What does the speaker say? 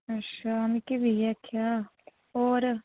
अच्छा मिकी बी इ'यै आखेआ होर